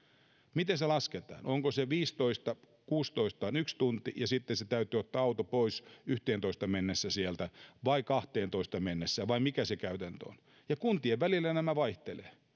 miten se lasketaan onko se kello viisitoista viiva kuusitoista yksi tunti ja sitten täytyy ottaa se auto pois sieltä yhteentoista mennessä vai kahteentoista mennessä vai mikä se käytäntö on ja kuntien välillä nämä vaihtelevat